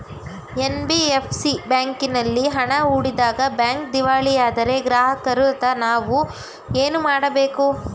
NBFC ಬ್ಯಾಂಕಿನಲ್ಲಿ ಹಣ ಹೂಡಿದಾಗ ಬ್ಯಾಂಕ್ ದಿವಾಳಿಯಾದರೆ ಗ್ರಾಹಕರಾದ ನಾವು ಏನು ಮಾಡಬೇಕು?